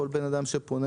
כל בן אדם שפונה,